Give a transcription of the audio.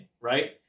right